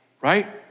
right